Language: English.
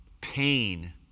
pain